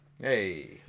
Hey